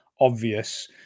obvious